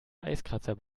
eiskratzer